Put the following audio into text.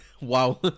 Wow